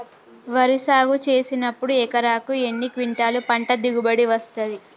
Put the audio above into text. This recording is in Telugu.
వరి సాగు చేసినప్పుడు ఎకరాకు ఎన్ని క్వింటాలు పంట దిగుబడి వస్తది?